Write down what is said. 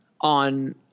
on